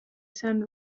sound